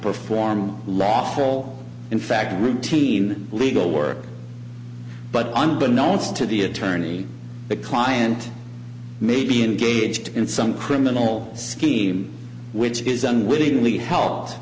perform lawful in fact a routine legal work but unbeknown to the attorney the client may be engaged in some criminal scheme which is unwittingly helped